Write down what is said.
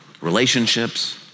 relationships